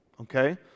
Okay